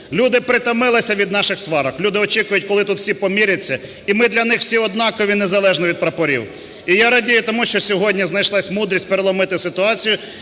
Люди притомилися від наших сварок, люди очікують, коли тут всі помиряться, і ми для них всі однакові незалежно від прапорів. І я радію тому, що сьогодні знайшлась мудрість переломити ситуацію